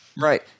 Right